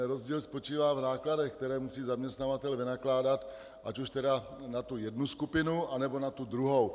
Rozdíl spočívá v nákladech, které musí zaměstnavatel vynakládat, ať už na jednu skupinu, nebo na tu druhou.